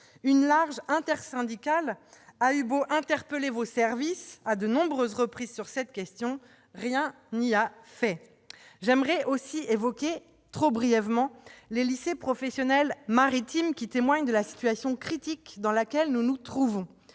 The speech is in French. une large intersyndicale a eu beau interroger vos services à de nombreuses reprises sur cette question, rien n'y a fait ! J'aimerais évoquer maintenant, trop brièvement, les lycées professionnels maritimes, qui témoignent de la situation critique dans laquelle nous nous trouvons.